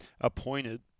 appointed –